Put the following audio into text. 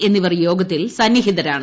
K എന്നിവർ യോഗത്തിൽ സന്നിഹിതരാണ്